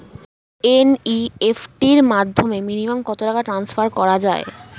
NEFT র মাধ্যমে minimum কত টাকা টান্সফার করা যায়?